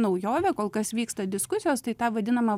naujovė kol kas vyksta diskusijos tai tą vadinamą